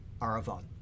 Aravon